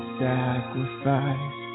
sacrifice